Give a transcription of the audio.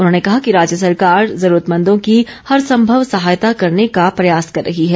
उन्होंने कहा कि राज्य सरकार जरूरतमंदों की हर संभव सहायता करने का प्रयास कर रही है